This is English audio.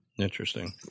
interesting